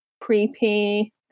creepy